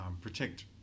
protect